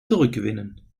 zurückgewinnen